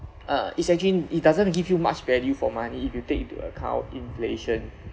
uh it's actually it doesn't give you much value for money if you take into account inflation